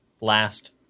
last